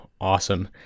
awesome